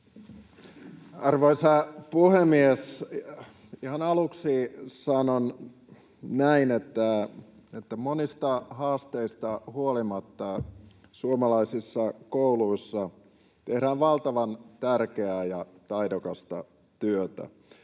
Arvoisa puhemies! Ihan aluksi sanon, että monista haasteista huolimatta suomalaisissa kouluissa tehdään valtavan tärkeää ja taidokasta työtä.